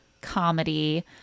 comedy